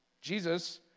Jesus